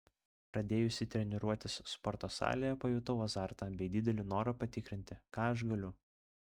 pradėjusi treniruotis sporto salėje pajutau azartą bei didelį norą patikrinti ką aš galiu